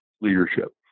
leadership